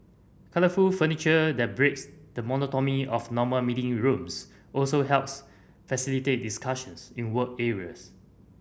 colourful furniture that breaks the monotony of normal meeting rooms also helps facilitate discussions in work areas